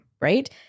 right